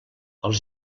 els